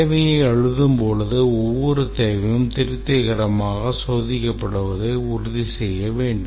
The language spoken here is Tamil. தேவையை எழுதும் போது ஒவ்வொரு தேவையும் திருப்திகரமாக சோதிக்கப்படுவதை உறுதி செய்ய வேண்டும்